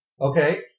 Okay